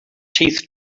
teeth